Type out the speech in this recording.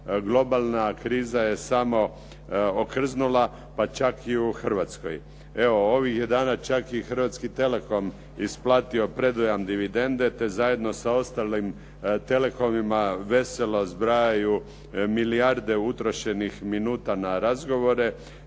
globalna kriza je samo okrznula pa čak i u Hrvatskoj. Evo ovih je dana čak i "Hrvatski telekom" isplatio predujam dividende te zajedno sa ostalim telekomima veselo zbrajaju milijarde utrošenih minuta na razgovore